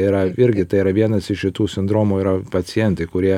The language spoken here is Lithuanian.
yra irgi tai yra vienas iš šitų sindromo yra pacientai kurie